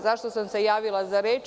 Zašto sam se javila za reč?